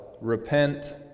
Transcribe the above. repent